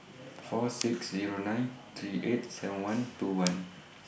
four six Zero nine three eight seven one two one